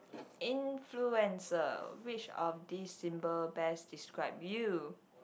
influencer which of these symbol best describe you